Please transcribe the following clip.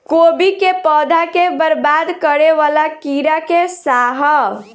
कोबी केँ पौधा केँ बरबाद करे वला कीड़ा केँ सा है?